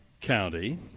County